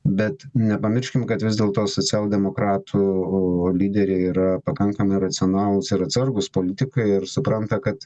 bet nepamirškim kad vis dėlto socialdemokratų o lyderiai yra pakankamai racionalūs ir atsargūs politikai ir supranta kad